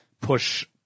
push